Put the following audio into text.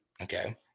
okay